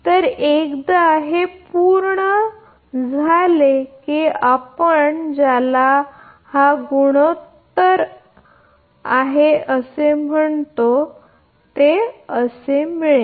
तर एकदा हे पूर्ण झाल्या की आपण ज्याला हा गुणोत्तर म्हणा त्यास असे मिळेल